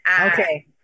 Okay